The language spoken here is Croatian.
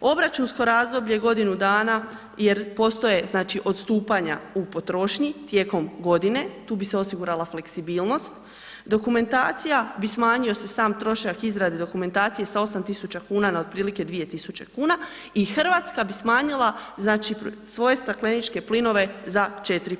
obračunsko razdoblje godinu dana jer postoje znači odstupanja u potrošnji tijekom godine, tu bi se osigurala fleksibilnost, dokumentacija bi smanjio se sam trošak izrade dokumentacije s 8 tisuća kuna na otprilike 2 tisuće kuna i Hrvatska bi smanjila znači svoje stakleničke plinove za 4%